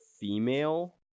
female